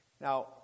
Now